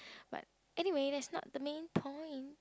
but anyway that's not the main point